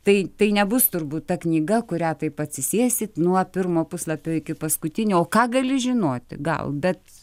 tai tai nebus turbūt ta knyga kurią taip atsisėsit nuo pirmo puslapio iki paskutinio o ką gali žinoti gal bet